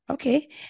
Okay